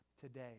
today